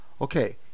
Okay